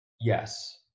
Yes